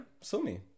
Sumi